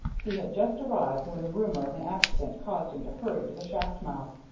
he had just arrived when the rumor of an accident caused him to hurry to the shaft-mouth.